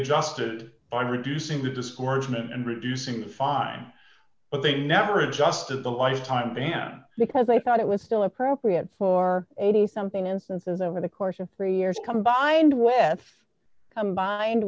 adjusted by reducing the disgorgement and reducing fine but they never adjusted the lifetime ban because they thought it was still appropriate for eighty something instances over the course of three years combined with combined